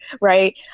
right